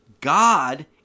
God